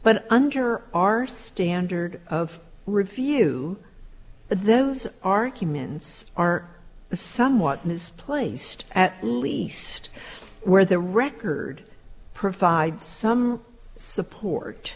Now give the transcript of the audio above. but under our standard of review those arguments are somewhat misplaced at least where the record provide some support